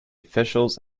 officials